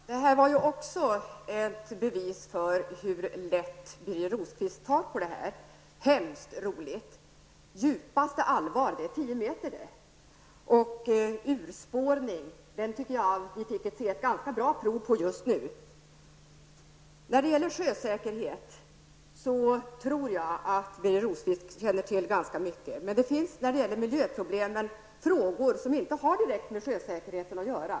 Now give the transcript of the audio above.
Fru talman! Detta senaste inlägg var också ett bevis för hur lätt Birger Rosqvist tar på den här frågan. Hemskt roligt! Djupaste allvar, det är tio meter det. Jag tycker också att vi fick ett ganska bra prov på urspårning. Jag tror att Birger Rosqvist känner till ganska mycket om sjösäkerhet. Men inom miljöproblematiken finns frågor som inte direkt har med sjösäkerhet att göra.